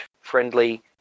friendly